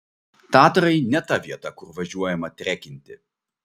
tatrai ne ta vieta kur važiuojama trekinti